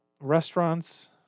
restaurants